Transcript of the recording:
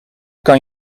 kan